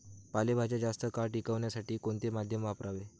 पालेभाज्या जास्त काळ टिकवण्यासाठी कोणते माध्यम वापरावे?